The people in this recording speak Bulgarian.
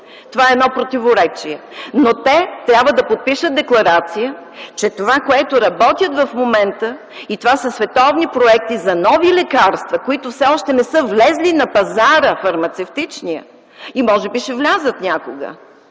Това е едно противоречие. Но те трябва да подпишат декларация, че това, което работят в момента, и това са световни проекти за нови лекарства, които все още не са влезли на фармацевтичния пазар, но може би ще влязат някога,